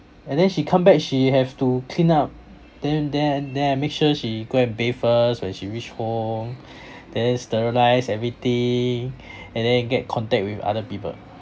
and then she come back she have to clean up then then then I make sure she go and bathe first when she reach home then sterilise everything and then get contact with other people